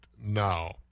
now